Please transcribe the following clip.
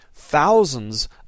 thousands